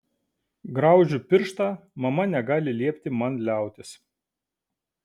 graužiu pirštą mama negali liepti man liautis